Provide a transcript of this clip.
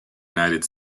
united